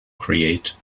create